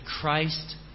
Christ